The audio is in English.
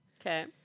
okay